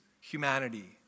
humanity